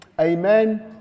Amen